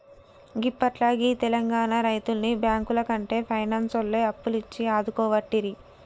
గిప్పట్ల గీ తెలంగాణ రైతుల్ని బాంకులకంటే పైనాన్సోల్లే అప్పులిచ్చి ఆదుకోవట్టిరి